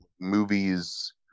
movies